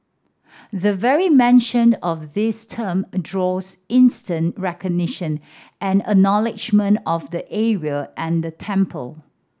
the very mentioned of this term draws instant recognition and acknowledgement of the area and the temple